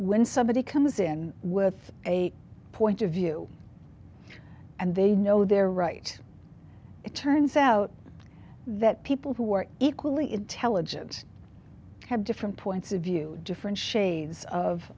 when somebody comes in with a point of view and they know they're right it turns out that people who are equally intelligent have different points of view different shades of